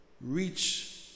reach